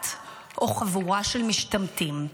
את או חבורה של משתמטים.